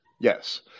Yes